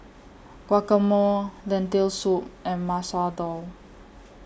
Guacamole Lentil Soup and Masoor Dal